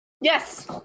Yes